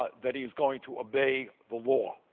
ah that he's going to obey the law.